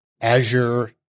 Azure